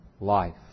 life